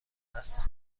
است